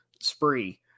spree